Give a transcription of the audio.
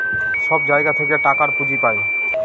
সব জায়গা থেকে টাকার পুঁজি পাই